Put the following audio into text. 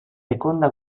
seconda